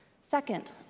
Second